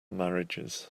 marriages